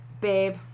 babe